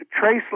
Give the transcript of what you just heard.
trace